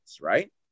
right